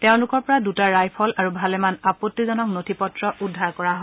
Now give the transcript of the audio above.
তেওঁলোকৰ পৰা দুটা ৰাইফল আৰু আৰু ভালেমান আপত্তিজনক নথি পত্ৰ উদ্ধাৰ কৰা হয়